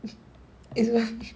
!aiyo!